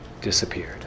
disappeared